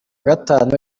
gatanu